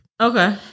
Okay